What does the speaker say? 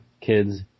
kids